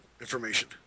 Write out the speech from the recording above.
information